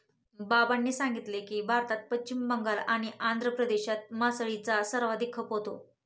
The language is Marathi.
बाबांनी सांगितले की, भारतात पश्चिम बंगाल आणि आंध्र प्रदेशात मासळीचा सर्वाधिक खप होतो